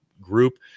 group